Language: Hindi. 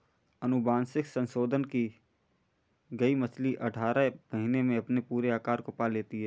अनुवांशिक संशोधन की गई मछली अठारह महीने में अपने पूरे आकार को पा लेती है